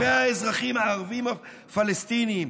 כלפי האזרחים הערבים פלסטינים,